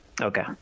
Okay